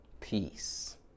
Peace